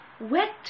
Wet